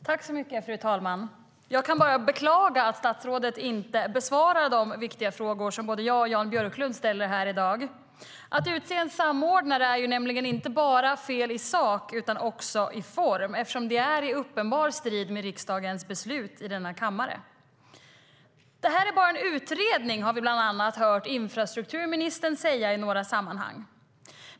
Fru talman! Jag beklagar att statsrådet inte besvarade de viktiga frågor som jag och Jan Björklund har ställt. Att utse en samordnare är inte bara fel i sak utan också i form eftersom det står i uppenbar strid med riksdagens beslut i denna kammare. Det här är bara en utredning, har vi bland annat hört infrastrukturministern säga i några sammanhang.